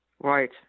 Right